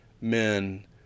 men